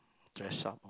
dress up